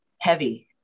heavy